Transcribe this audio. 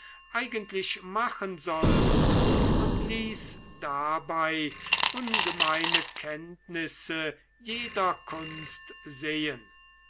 eigentlich machen sollten und ließ dabei ungemeine kenntnisse jeder kunst sehen